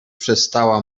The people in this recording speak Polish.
przestała